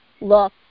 look